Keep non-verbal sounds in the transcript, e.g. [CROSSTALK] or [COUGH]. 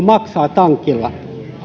[UNINTELLIGIBLE] maksaa tankilla